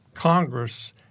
Congress